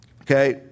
Okay